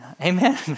Amen